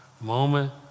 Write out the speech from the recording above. moment